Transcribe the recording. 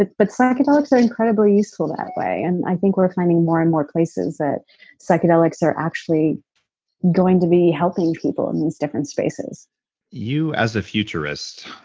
but psychedelics are incredibly useful that way. and i think we're finding more and more places that psychedelics are actually going to be helping people in these different spaces you as a futurist,